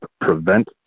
prevent